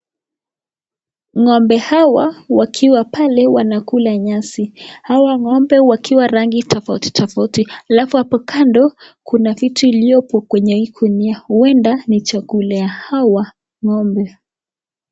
Ngombe hawa wakiwa pale wanakula nyasi. Hawa ngombe wakiwa rangi tofauti tofauti alafu hapo kando kuna vitu ilipo kwenye gunia, huenda ni chakula ya hawa ngombe.